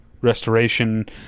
restoration